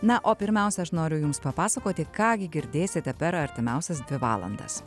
na o pirmiausia aš noriu jums papasakoti ką gi girdėsite per artimiausias dvi valandas